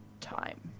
time